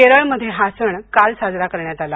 केरळमध्ये हा सण काल साजरा करण्यात आला